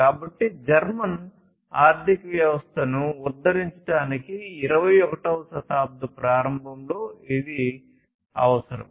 కాబట్టి జర్మన్ ఆర్థిక వ్యవస్థను ఉద్ధరించడానికి 21 వ శతాబ్దం ప్రారంభంలో ఇది అవసరం